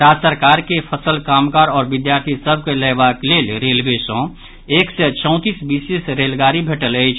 राज्य सरकार के फसल कामगार आओर विद्यार्थी सभ के लयबाक लेल रेलवे सँ एक सय चौंतीस विशेष रेलगाड़ी भेटल अछि